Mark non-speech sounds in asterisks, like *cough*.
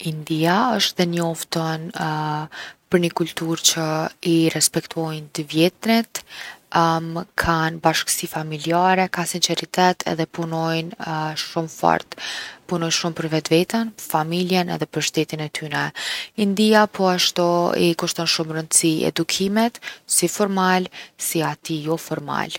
India osht e njoftun *hesitation* për ni kulturë që i respektojnë t’vjetrit. *hesitation* kanë bashkësi familjarë, kanë sinqeritet edhe punojnë *hesitation* shumë fort. Punojnë shumë për veten, familjen edhe shtetin e tyne. India poashtu i kushton shumë rëndsi edukimit, si formal si atij jo formal.